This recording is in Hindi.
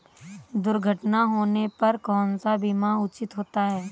दुर्घटना होने पर कौन सा बीमा उचित होता है?